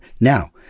now